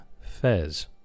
Fez